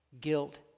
guilt